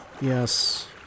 Yes